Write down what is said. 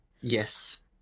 Yes